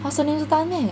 他 surname 是 tan meh